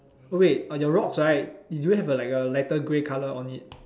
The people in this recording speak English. oh wait on your rocks right do you have a like a lighter grey color on it